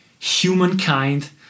humankind